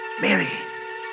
Mary